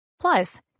Plus